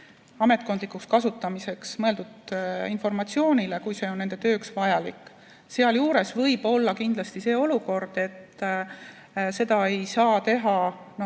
ametkondlikuks kasutamiseks mõeldud informatsioonile, kui see on nende tööks vajalik. Sealjuures võib olla kindlasti olukord, et seda ei saa teha